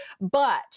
but-